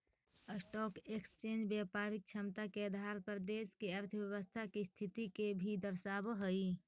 stock exchange व्यापारिक क्षमता के आधार पर देश के अर्थव्यवस्था के स्थिति के भी दर्शावऽ हई